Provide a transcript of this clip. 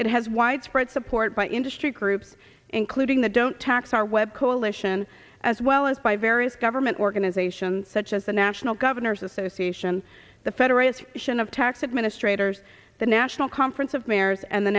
it has widespread support by industry groups including the don't tax our web coalition as well as by various government organizations such as the national governors association the federalist sion of tax administrators the national conference of mayors and the